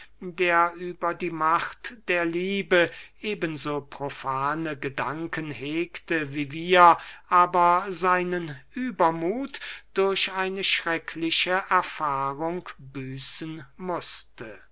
der über die macht der liebe eben so profane gedanken hegte wie wir aber seinen übermuth durch eine schreckliche erfahrung büßen mußte